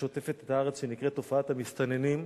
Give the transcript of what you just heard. ששוטפת את הארץ שנקראת "תופעת המסתננים",